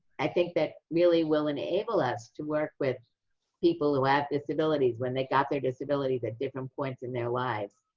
i think that really will enable us to work with people who have disabilities, when they got their disabilities at different points in their lives,